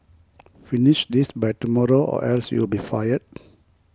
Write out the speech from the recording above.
finish this by tomorrow or else you'll be fired